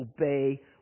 obey